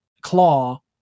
claw